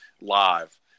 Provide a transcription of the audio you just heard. live